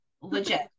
Legit